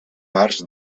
març